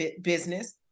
business